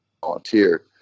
volunteer